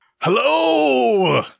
Hello